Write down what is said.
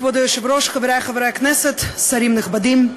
כבוד היושב-ראש, חברי חברי הכנסת, שרים נכבדים,